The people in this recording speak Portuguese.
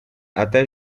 até